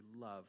love